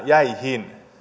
jäihin